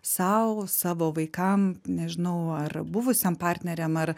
sau savo vaikam nežinau ar buvusiem partneriam ar